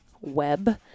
web